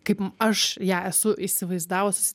kaip aš ją esu įsivaizdavus